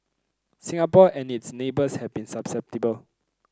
Singapore and its neighbours have been susceptible